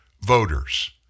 voters